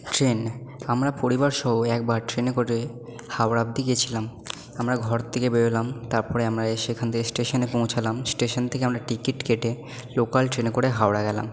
train আমরা পরিবারসহ একবার ট্রেনে করে হাওড়া অবধি গেছিলাম আমরা ঘর থেকে বেরোলাম তারপরে আমরা এসে সেখান থেকে স্টেশানে পৌঁছালাম স্টেশান থেকে আমরা টিকিট কেটে লোকাল ট্রেনে করে হাওড়া গেলাম